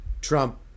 Trump